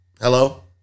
Hello